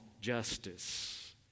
justice